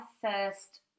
first